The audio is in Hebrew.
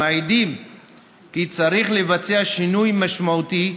המעידים כי צריך לבצע שינוי משמעותי,